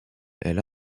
elle